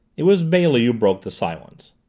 it was bailey who broke the silence.